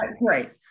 right